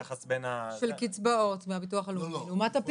של קצבאות מהביטוח הלאומי לעומת הפיצוי.